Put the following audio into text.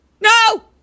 No